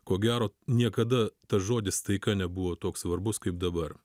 ko gero niekada tas žodis taika nebuvo toks svarbus kaip dabar